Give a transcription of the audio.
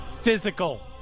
physical